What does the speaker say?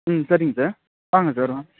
ம் சரிங்க சார் வாங்க சார் வாங்க